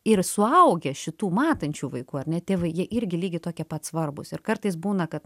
ir suaugę šitų matančių vaikų ar ne tėvai jie irgi lygiai tokie pat svarbūs ir kartais būna kad